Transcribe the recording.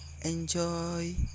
enjoy